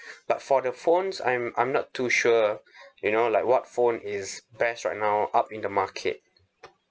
but for the phones I'm I'm not too sure you know like what phone is best right now up in the market